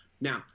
now